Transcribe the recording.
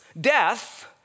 death